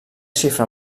xifra